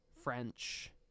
French